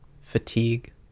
fatigue